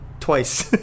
Twice